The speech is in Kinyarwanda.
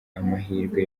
amahirwe